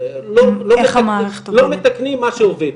לא מתקנים מה שעובד.